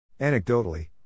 Anecdotally